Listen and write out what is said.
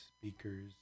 speakers